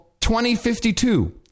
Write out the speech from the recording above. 2052